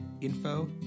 info